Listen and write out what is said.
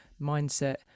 mindset